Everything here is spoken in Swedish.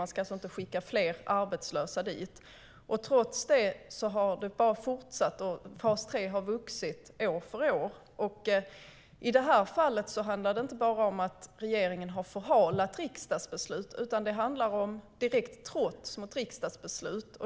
Man ska alltså inte skicka fler arbetslösa dit. Trots det har detta bara fortsatt, och fas 3 har vuxit år efter år. I detta fall handlar det inte bara om att regeringen har förhalat riksdagsbeslut, utan det handlar om direkt trots mot riksdagsbeslut.